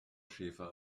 schäfer